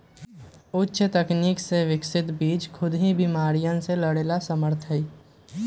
उच्च तकनीक से विकसित बीज खुद ही बिमारियन से लड़े में समर्थ हई